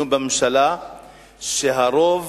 שהרוב